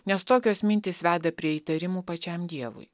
nes tokios mintys veda prie įtarimų pačiam dievui